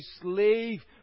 slave